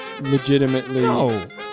legitimately